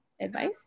advice